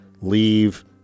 leave